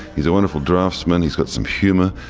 he's a wonderful draftsman. he's got some humour.